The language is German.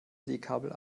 seekabel